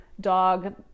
dog